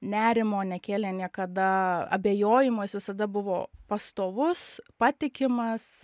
nerimo nekėlė niekada abejojimo jis visada buvo pastovus patikimas